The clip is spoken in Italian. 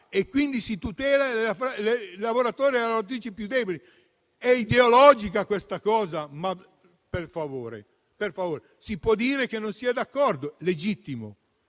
e quindi si tutelano i lavoratori e le lavoratrici più deboli. È ideologica questa cosa? Per favore, si può dire che non si è d'accordo, è legittimo,